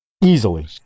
Easily